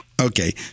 Okay